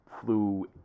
flew